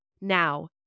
Now